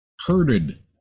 herded